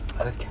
Okay